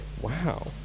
wow